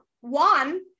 One